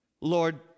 Lord